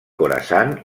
khorasan